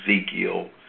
Ezekiel